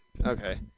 Okay